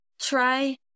try